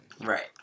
Right